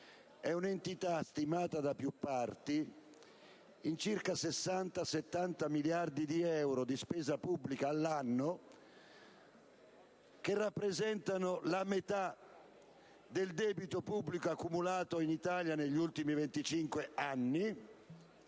è una entità stimata da più parti in circa 60-70 miliardi di euro di spesa pubblica all'anno, che rappresentano la metà del debito pubblico accumulato in Italia negli ultimi 25 anni